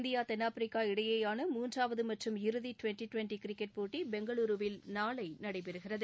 India தென்னாப்பிரிக்கா இடையேயான மூன்றாவது மற்றம் இறுதி டுவெண்டி டுவெண்டி கிரிக்கெட் போட்டி பெங்களூருவில் நாளை நடைபெறுகிறது